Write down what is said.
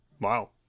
Wow